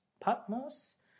Patmos